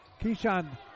Keyshawn